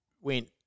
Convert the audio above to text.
went